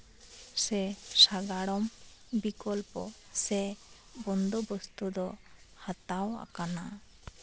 ᱥᱮ ᱥᱟᱸᱜᱟᱲᱚᱢ ᱵᱤᱠᱚᱞᱯᱚ ᱥᱮ ᱵᱚᱱᱫᱳᱵᱚᱥᱛᱚ ᱫᱚ ᱦᱟᱛᱟᱣ ᱟᱠᱟᱱᱟ